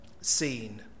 seen